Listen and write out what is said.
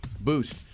boost